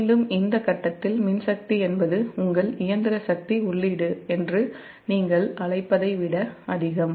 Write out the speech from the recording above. மீண்டும் இந்த ஃபேஸ்ல் மின்சக்தி என்பது உங்கள் இயந்திர சக்தி உள்ளீடு என்று நீங்கள் அழைப்பதை விட அதிகம்